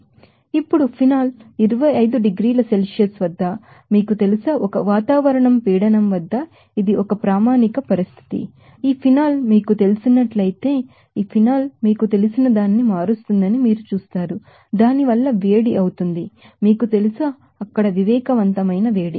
ఇప్పుడు ఫినాల్ 25 డిగ్రీల సెల్సియస్ వద్ద మీకు తెలుసా 1 అట్ఠమోస్ఫెరిక్ ప్రెషర్వాతావరణ పీడనం వద్ద ఇది ఒక అట్ఠమోస్ఫెరిక్ కండిషన్ ప్రామాణిక పరిస్థితిఈ ఫినాల్ మీకు తెలిసినట్లయితే ఈ ఫినాల్ మీకు తెలిసిన దానిని మారుస్తుందని మీరు చూస్తారు దాని వల్ల వేడి అవుతుంది మీకు తెలుసా అక్కడ సెన్సిబిల్ హీట్